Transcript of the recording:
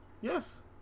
Yes